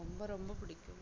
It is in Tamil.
ரொம்ப ரொம்ப பிடிக்கும்